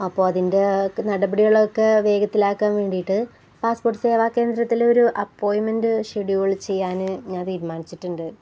അപ്പോള് അതിൻ്റെ നടപടികളൊക്കെ വേഗത്തിലാക്കാൻ വേണ്ടിയിട്ട് പാസ്പോർട്ട് സേവാ കേന്ദ്രത്തിലൊരു അപ്പോയിൻമെൻ്റ് ഷെഡ്യൂൾ ചെയ്യാന് ഞാൻ തീരുമാനിച്ചിട്ടുണ്ട്